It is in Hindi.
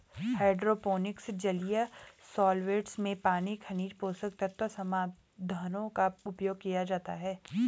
हाइड्रोपोनिक्स में जलीय सॉल्वैंट्स में पानी खनिज पोषक तत्व समाधानों का उपयोग किया जाता है